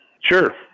Sure